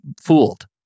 fooled